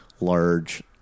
large